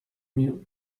mir